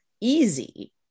easy